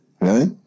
Right